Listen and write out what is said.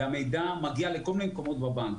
והמידע מגיע לכל מיני מקומות בבנקים.